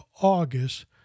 August